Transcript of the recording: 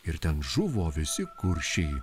ir ten žuvo visi kuršiai